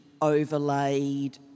overlaid